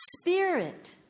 Spirit